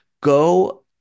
Go